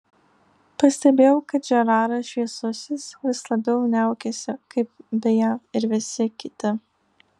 pastebėjau kad žeraras šviesusis vis labiau niaukiasi kaip beje ir visi kiti